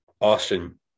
Austin